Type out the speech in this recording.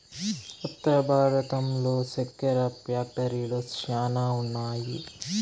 ఉత్తర భారతంలో సెక్కెర ఫ్యాక్టరీలు శ్యానా ఉన్నాయి